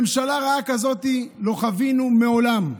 ממשלה רעה כזאת לא חווינו מעולם.